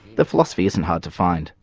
the philosophy isn't hard to find.